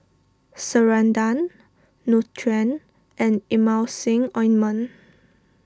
Ceradan Nutren and Emulsying Ointment